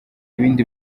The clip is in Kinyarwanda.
ibindi